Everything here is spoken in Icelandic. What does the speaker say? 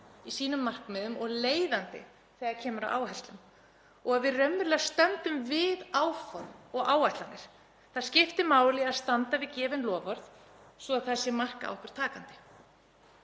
í sínum markmiðum og leiðandi þegar kemur að áherslum og að við stöndum raunverulega við áform og áætlanir. Það skiptir máli að standa við gefin loforð svo það sé mark á okkur takandi.